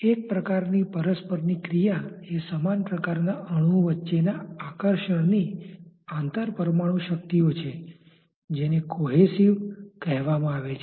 એક પ્રકારની પરસ્પરની ક્રિયા એ સમાન પ્રકારના અણુઓ વચ્ચેના આકર્ષણની આંતર પરમાણુ શક્તિઓ છે જેને કોહેસીવ cohesive forces સુસંગત બળ કહેવામાં આવે છે